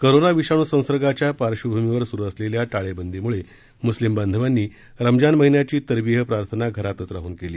corona विषाणूसंसर्गाच्या पार्श्वीभूमीवर सुरू असलेल्या टाळेबंदीमुळे मुस्लिम बांधवांनी रमजान महिन्याची तरविह प्रार्थना घरात राहूनच केली